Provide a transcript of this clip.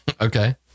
Okay